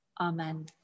Amen